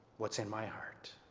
what's in my heart.